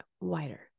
wider